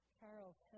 Charles